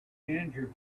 ginger